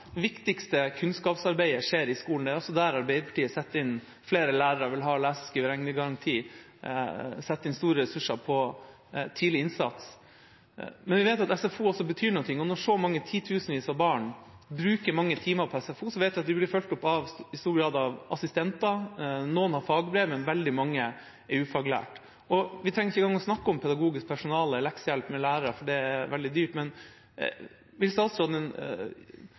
viktigste kunnskapsarbeidet skjer i skolen, og det er også der Arbeiderpartiet setter inn flere lærere, vil ha lese-, skrive- og regnegaranti og setter inn store ressurser på tidlig innsats. Men vi vet at SFO også betyr noe, og når så mange titusener av barn bruker mange timer på SFO, vet vi at de i stor grad blir fulgt opp av assistenter. Noen av dem har fagbrev, men veldig mange er ufaglært. Vi trenger ikke engang å snakke om pedagogisk personale og leksehjelp med lærere, for det er veldig dyrt, men vil statsråden